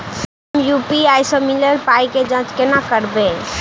हम यु.पी.आई सअ मिलल पाई केँ जाँच केना करबै?